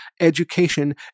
education